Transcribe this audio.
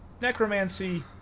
necromancy